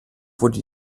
wurde